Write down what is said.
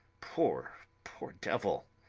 poor, poor devil!